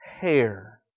hair